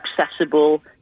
accessible